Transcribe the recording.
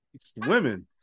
Swimming